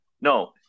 no